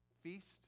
feast